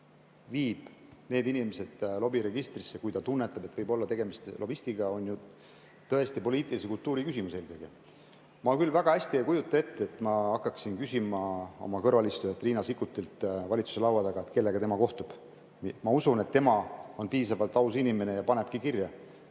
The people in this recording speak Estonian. need inimesed lobiregistrisse, kui ta tunnetab, et võib olla tegemist lobistidega, on ju tõesti eelkõige poliitilise kultuuri küsimus. Ma küll väga hästi ei kujuta ette, et ma hakkaksin küsima minu kõrval istuvalt Riina Sikkutilt valitsuse laua taga, kellega tema kohtub. Ma usun, et ta on piisavalt aus inimene ja panebki kirja,